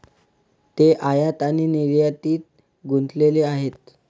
ते आयात आणि निर्यातीत गुंतलेले आहेत